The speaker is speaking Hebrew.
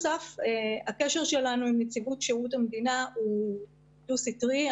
הקשר שלנו עם נציבות שירות המדינה הוא דו סטרי.